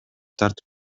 тартып